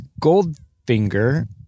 Goldfinger